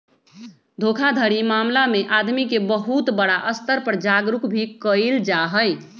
धोखाधड़ी मामला में आदमी के बहुत बड़ा स्तर पर जागरूक भी कइल जाहई